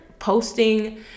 posting